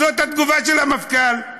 זאת התגובה של המפכ"ל.